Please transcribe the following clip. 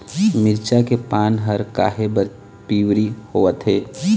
मिरचा के पान हर काहे बर पिवरी होवथे?